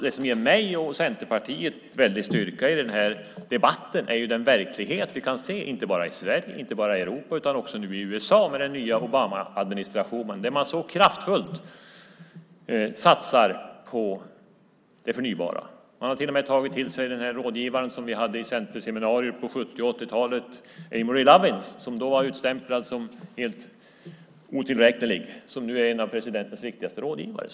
Det som ger mig och Centerpartiet väldig styrka i den här debatten är den verklighet vi kan se, inte bara i Sverige, inte bara i Europa, utan nu också i USA med den nya Obamaadministrationen, som så kraftfullt satsar på det förnybara. Man har till och med tagit till sig den rådgivare som vi hade på centerseminarier på 70 och 80-talet, Amory Lovins, som då var utstämplad som helt otillräknelig, men som nu är en av presidentens viktigaste rådgivare.